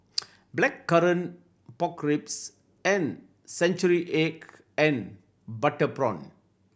Blackcurrant Pork Ribs and century egg and butter prawn